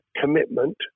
commitment